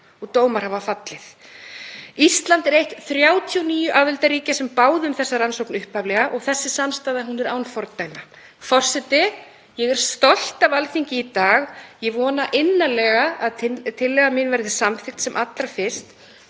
og dómar hafa fallið. Ísland er eitt 39 aðildarríkja sem báðu um þessa rannsókn upphaflega og þessi samstaða er án fordæma. Forseti. Ég er stolt af Alþingi í dag. Ég vona innilega að tillaga mín verði samþykkt sem allra fyrst.